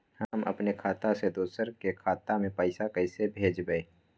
हम अपने खाता से दोसर के खाता में पैसा कइसे भेजबै?